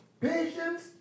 patience